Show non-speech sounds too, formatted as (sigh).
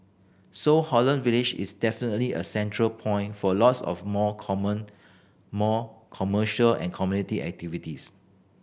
so Holland Village is definitely a central point for a lots more (unintelligible) more commercial and community activities